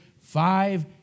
five